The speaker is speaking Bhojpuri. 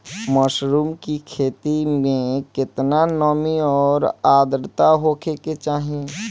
मशरूम की खेती में केतना नमी और आद्रता होखे के चाही?